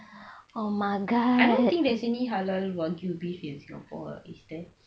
I don't think there is any halal wagyu beef in singapore ah is there